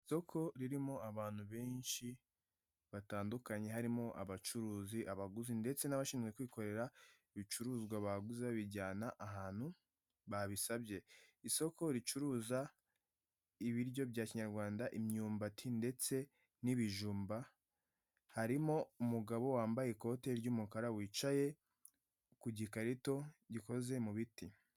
Isoko ririmo abantu benshi, batandukanye harimo abacuruzi, abaguzi, ndetse n'abashinzwe kwikorera ibicuruzwa baguze babijyana ahantu babisabye. Isoko ricuruza ibiryo bya kinyarwanda imyumbati, ndetse n'ibijumba harimo umugabo wambaye ikoti ry'umukara wicaye ku gikarito gikoze mu biti.